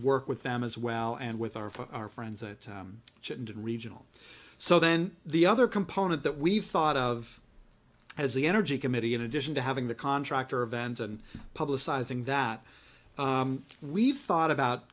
work with them as well and with our our friends it shouldn't and regional so then the other component that we've thought of has the energy committee in addition to having the contractor event and publicising that we've thought about